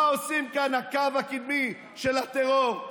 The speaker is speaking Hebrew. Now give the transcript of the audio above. מה עושים כאן הקו הקדמי של הטרור?